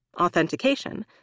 authentication